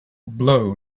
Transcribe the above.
blow